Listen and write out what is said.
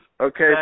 Okay